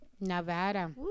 Nevada